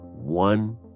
one